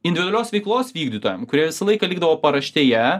individualios veiklos vykdytojam kurie visą laiką likdavo paraštėje